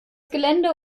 gelände